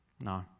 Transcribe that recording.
No